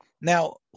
Now